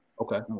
okay